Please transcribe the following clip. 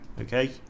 Okay